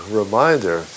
reminder